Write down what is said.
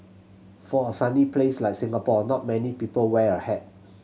for a sunny place like Singapore not many people wear a hat